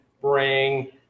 bring